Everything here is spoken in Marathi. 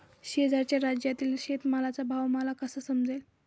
शेजारच्या राज्यातील शेतमालाचा भाव मला कसा समजेल?